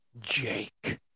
Jake